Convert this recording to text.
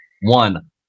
One